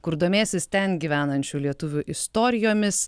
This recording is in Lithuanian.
kur domėsis ten gyvenančių lietuvių istorijomis